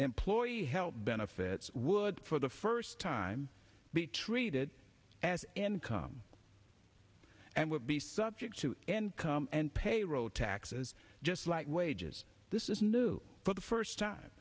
employee health benefits would for the first time be treated as income and would be subject to income and payroll taxes just like wages this is new for the first time